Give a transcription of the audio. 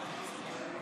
(28)